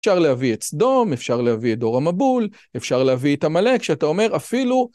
אפשר להביא את סדום, אפשר להביא את דור המבול, אפשר להביא את המלא, כשאתה אומר אפילו...